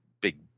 big